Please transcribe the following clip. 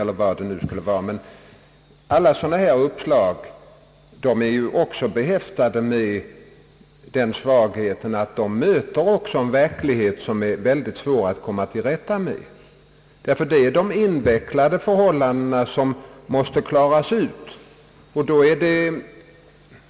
Alla sådana här uppslag är emellertid också behäftade med den svagheten att de möter en verklighet som är mycket svår att komma till rätta med, därför att de förhållanden som skall redas ut är så invecklade.